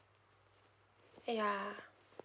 ya